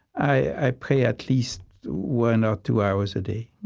i pray at least one or two hours a day.